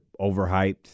overhyped